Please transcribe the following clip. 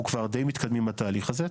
אנחנו כבר די מתקדמים עם התהליך הזה.